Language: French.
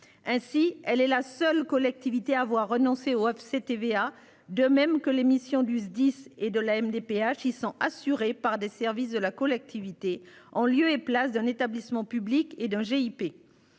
Ainsi, elle est la seule collectivité avoir renoncé au FCTVA de même que l'émission du SDIS et de la MDPH assurée par des services de la collectivité en lieu et place d'un établissement public et d'un GIP.